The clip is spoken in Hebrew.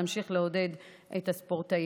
גם נמשיך לעודד את הספורטאים.